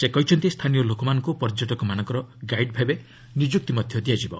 ସେ କହିଛନ୍ତି ସ୍ଥାନୀୟ ଲୋକମାନଙ୍କୁ ପର୍ଯ୍ୟଟକମାନଙ୍କର ଗାଇଡ୍ ଭାବେ ନିଯୁକ୍ତି ଦିଆଯିବ